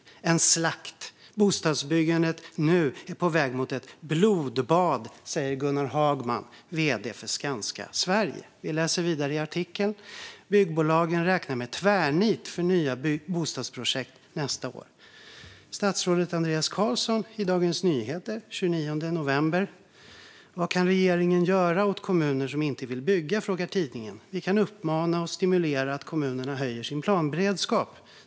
Det kallas en slakt - bostadsbyggandet är nu på väg mot "ett blodbad", säger Gunnar Hagman, vd för Skanska Sverige. Vi läser vidare i artikeln: "Byggbolagen räknar med tvärnit för nya bostadsprojekt nästa år." Statsrådet Andreas Carlson intervjuades i Dagens Nyheter den 29 november. På frågan vad regeringen kan göra åt kommuner som inte vill bygga svarar han: "Vi kan uppmana och stimulera att kommunerna höjer sin planberedskap.